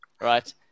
Right